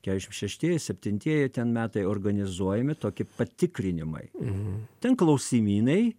šešiasdešim šeštieji septintieji ten metai organizuojami tokie patikrinimai ten klausimynai